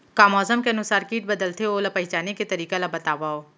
का मौसम के अनुसार किट बदलथे, ओला पहिचाने के तरीका ला बतावव?